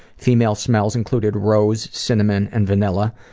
female smells included rose, cinnamon and vanilla.